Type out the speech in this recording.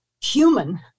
human